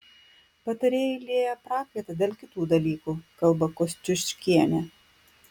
patarėjai lieja prakaitą dėl kitų dalykų kalba kosciuškienė